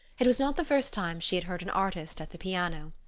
it was not the first time she had heard an artist at the piano.